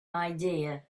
idea